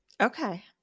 Okay